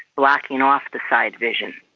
blocking off the side vision,